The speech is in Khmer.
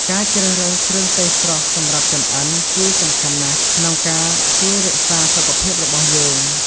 ការជ្រើសរើសគ្រឿងទេសស្រស់សម្រាប់ចម្អិន គឺសំខាន់ណាស់ក្នុងការរជួយរក្សាសុខភាពរបស់យើង។